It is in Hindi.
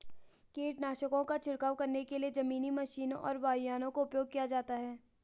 कीटनाशकों का छिड़काव करने के लिए जमीनी मशीनों और वायुयानों का उपयोग किया जाता है